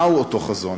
מה הוא אותו חזון?